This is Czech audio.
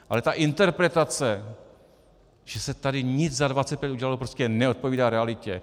Ale ta interpretace, že se tady nic za 25 let neudělalo, prostě neodpovídá realitě.